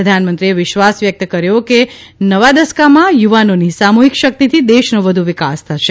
પ્રધાનમંત્રીએ વિશ્વાસ વ્યક્ત કર્યો કે નવા દસકામાં યુવાનોની સામૂહીક શક્તિથી દેશનો વધુ વિકાસ થશે